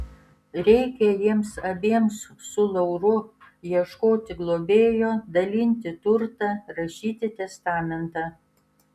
reikia jiems abiems su lauru ieškoti globėjo dalinti turtą rašyti testamentą